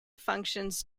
functions